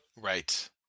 Right